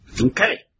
Okay